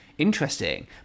interesting